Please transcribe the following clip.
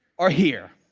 or here?